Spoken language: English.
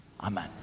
Amen